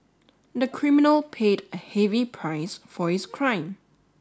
the criminal paid a heavy price for his crime